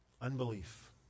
Unbelief